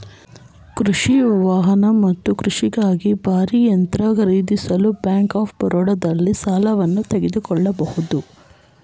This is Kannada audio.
ಕೃಷಿ ವಾಹನ ಮತ್ತು ಕೃಷಿಗಾಗಿ ಭಾರೀ ಯಂತ್ರ ಖರೀದಿಸಲು ಬ್ಯಾಂಕ್ ಆಫ್ ಬರೋಡದಲ್ಲಿ ಸಾಲವನ್ನು ತೆಗೆದುಕೊಳ್ಬೋದು